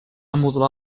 modular